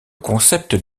concept